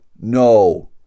No